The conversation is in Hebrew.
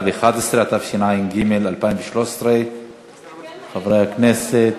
111), התשע"ג 2013. חברי הכנסת,